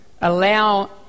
allow